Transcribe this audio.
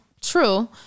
true